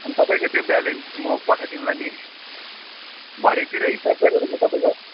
अन्त तपाईँको त्यो ब्यालेन्स म पठाइदिउँला नि भरेतिर हिसाब गरेर म तपाईँको